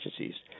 agencies